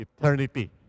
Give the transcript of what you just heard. eternity